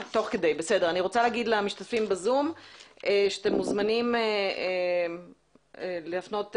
אני רוצה להגיד למשתתפים בזום שאתם מוזמנים להפנות שאלות,